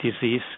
disease